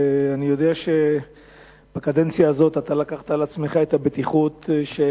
אני יודע שבקדנציה הזו אתה לקחת על עצמך את הבטיחות של